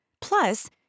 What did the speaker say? Plus